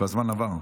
והזמן עבר.